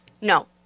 No